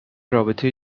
رابطه